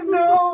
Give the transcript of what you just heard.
no